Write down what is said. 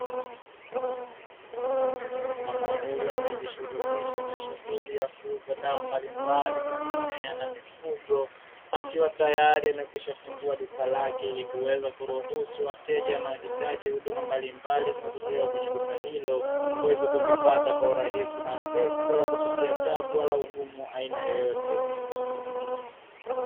Mama huyu anayejishughulisha na shughuli yakuuza dawa mbalimbali za mimea na mifugo, akiwa tayari amekwisha fungua duka lake ili kuweza kuruhusu wateja wanao hitaji huduma mbalimbali zinazotolewa na duka hilo, waweze kuzipata kwa urahisi na wepesi bila kupitia tabu na ugumu wa aina yoyote.